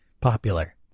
popular